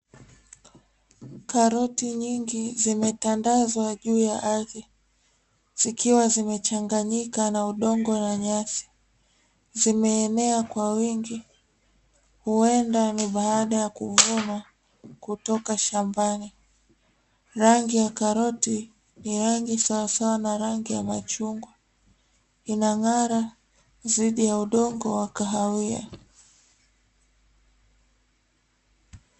Karoti nyingi zimetandazwa juu ya ardhi, zikiwa zimechanganyika na udongo na nyasi, zimeenea kwa wingi huenda ni baada ya kung'oa kutoka shambani, rangi ya karoti ni rangi sawasawa na machungwa inang'ara dhidi ya udongo wa kahawia.